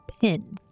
pin